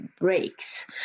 breaks